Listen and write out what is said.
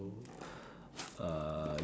uh